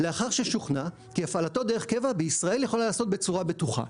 "לאחר ששוכנע כי הפעלתו דרך קבע בישראל יכולה להיעשות בצורה בטוחה".